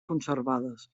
conservades